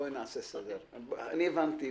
הבנתי.